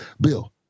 Bill